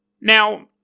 Now